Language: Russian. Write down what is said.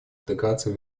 интеграции